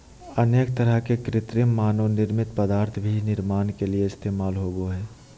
अनेक तरह के कृत्रिम मानव निर्मित पदार्थ भी निर्माण के लिये इस्तेमाल होबो हइ